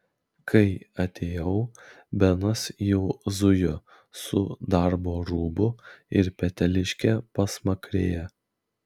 kai atėjau benas jau zujo su darbo rūbu ir peteliške pasmakrėje